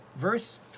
Verse